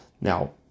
now